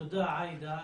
תודה, עאידה.